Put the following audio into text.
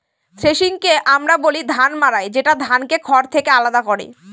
থ্রেশিংকে আমরা বলি ধান মাড়াই যেটা ধানকে খড় থেকে আলাদা করে